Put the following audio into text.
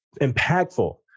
impactful